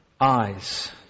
eyes